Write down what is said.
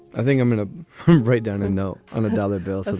think i'm in a right down to know i'm a dollar bill, so